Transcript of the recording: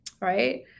right